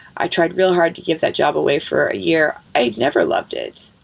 i tried real hard to give that job away for a year. i never loved it.